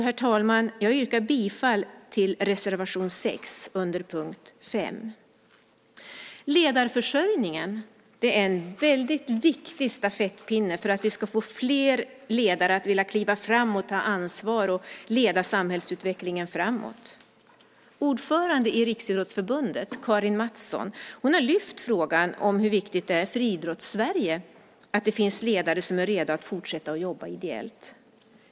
Herr talman! Jag yrkar bifall till reservation 6 under punkt 5. Ledarförsörjningen är en väldigt viktig stafettpinne för att vi ska få fler ledare att vilja kliva fram och ta ansvar och leda samhällsutvecklingen framåt. Ordföranden i Riksidrottsförbundet Karin Matsson har lyft upp frågan hur viktigt det är för Idrotts-Sverige att det finns ledare som är redo att fortsätta att jobba ideellt.